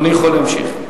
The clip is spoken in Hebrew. בבקשה, אדוני יכול ימשיך.